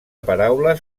paraules